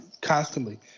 constantly